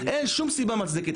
אין שום סיבה מוצדקת.